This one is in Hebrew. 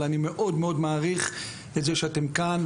אבל אני מאוד מאוד מעריך את זה שאתם כאן.